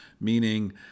meaning